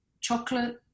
chocolate